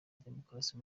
demukarasi